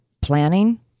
planning